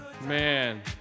Man